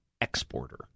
exporter